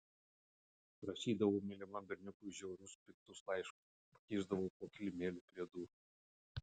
rašydavau mylimam berniukui žiauriai piktus laiškus pakišdavau po kilimėliu prie durų